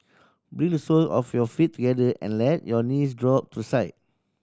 bring the sole of your feet together and let your knees drop to side